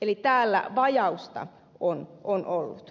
eli täällä vajausta on ollut